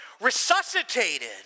resuscitated